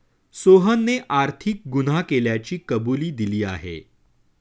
सोहनने आर्थिक गुन्हा केल्याची कबुली दिली आहे